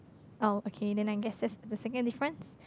oh okay then I guess that's the second difference